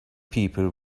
people